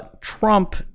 Trump